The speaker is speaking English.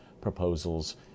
proposals